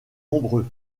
nombreux